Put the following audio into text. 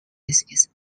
its